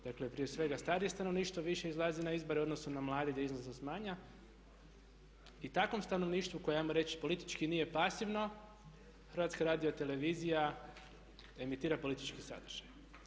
Dakle, prije svega starije stanovništvo više izlazi na izbore u odnosu na mlade gdje je izlaznost manja i takvom stanovništvu koje ajmo reći politički nije pasivno HRT emitira politički sadržaj.